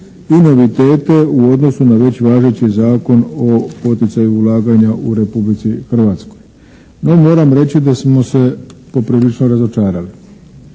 i novitete u odnosu na već važeći Zakon o poticaju ulaganja u Republici Hrvatskoj. No moram reći da smo se poprilično razočarali.